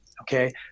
okay